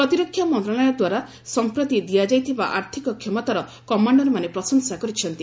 ପ୍ରତିରକ୍ଷା ମନ୍ତ୍ରଣାଳୟ ଦ୍ୱାରା ସମ୍ପ୍ରତି ଦିଆଯାଇଥିବା ଆର୍ଥିକ କ୍ଷମତାର କମାଣ୍ଡରମାନେ ପ୍ରଶଂସା କରିଛନ୍ତି